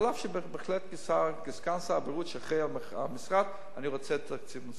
אף שבהחלט כסגן שר הבריאות שאחראי על המשרד אני רוצה תקציב נוסף,